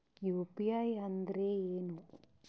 UPI ಅಂದ್ರೆ ಏನು?